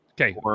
Okay